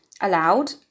allowed